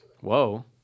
Whoa